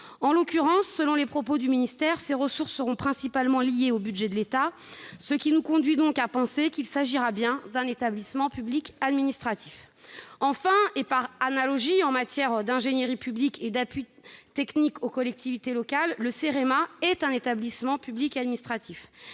En l'occurrence, selon les propos du ministère, ces ressources seront principalement liées au budget de l'État, ce qui nous conduit à penser qu'il s'agira bien d'un établissement public administratif. Enfin, et par analogie en matière d'ingénierie publique et d'appui technique aux collectivités locales, le CEREMA est un établissement public administratif.